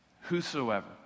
Whosoever